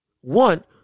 one